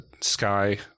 sky